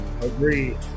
Agreed